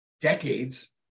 decades